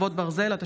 חרבות ברזל) (הליכי מס ומענקי סיוע),